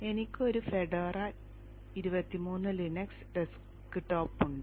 എനിക്ക് ഒരു Fedora 23 Linux desktop ഉണ്ട്